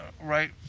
right